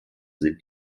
sind